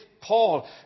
Paul